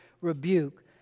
rebuke